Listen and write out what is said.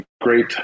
great